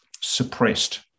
suppressed